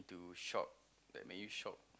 to shock that made you shock